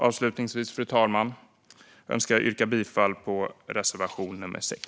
Avslutningsvis yrkar jag bifall till reservation 6.